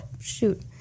Shoot